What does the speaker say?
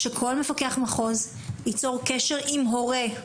שכל מפקח מחוז ייצור קשר עם הורה,